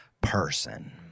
person